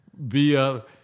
via